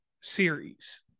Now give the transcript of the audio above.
series